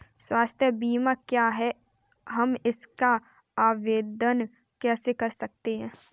स्वास्थ्य बीमा क्या है हम इसका आवेदन कैसे कर सकते हैं?